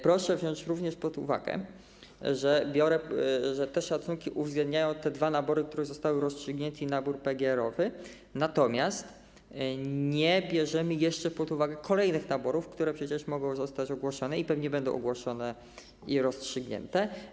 Proszę wziąć również pod uwagę, że szacunki uwzględniają te dwa nabory, które zostały rozstrzygnięte, i nabór PGR-owy, natomiast nie bierzemy jeszcze pod uwagę kolejnych naborów, które przecież mogą zostać ogłoszone i pewnie będą ogłoszone i rozstrzygnięte.